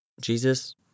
Jesus